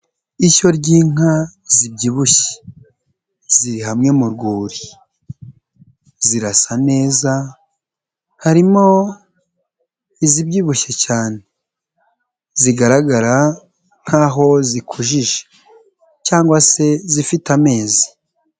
Ishyo ry'inka zibyibushye ziri hamwe mu rwuri, zirasa neza harimo izibyibushye cyane zigaragara nk'aho zikujije cyangwa se zifite amezi.